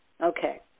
Okay